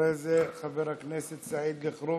אחרי זה חבר הכנסת סעיד אלחרומי,